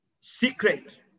Secret